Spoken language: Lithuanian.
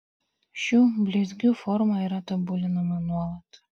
šių blizgių forma yra tobulinama nuolat